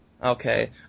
Okay